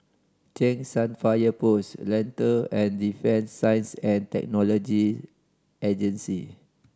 Cheng San Fire Post Lentor and Defence Science And Technology Agency